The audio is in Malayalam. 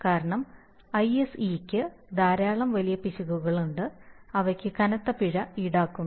കാരണം ISEക്ക് ധാരാളം വലിയ പിശകുകളുണ്ട് അവയ്ക്ക് കനത്ത പിഴ ഈടാക്കുന്നു